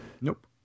nope